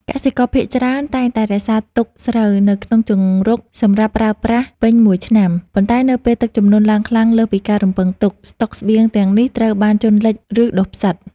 កសិករភាគច្រើនតែងតែរក្សាទុកស្រូវនៅក្នុងជង្រុកសម្រាប់ប្រើប្រាស់ពេញមួយឆ្នាំ ប៉ុន្តែនៅពេលទឹកជំនន់ឡើងខ្លាំងលើសពីការរំពឹងទុក ស្តុកស្បៀងទាំងនេះត្រូវបានជន់លិច ឬដុះផ្សិត។